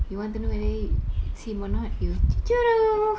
you want to know whether it's him or not you